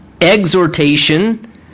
exhortation